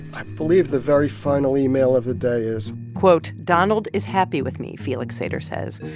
i believe the very final email of the day is. quote, donald is happy with me, felix sater says.